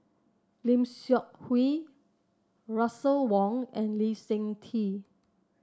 Lim Seok Hui Russel Wong and Lee Seng Tee